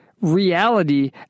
reality